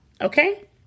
Okay